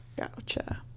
Gotcha